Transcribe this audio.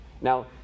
Now